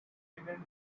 hidden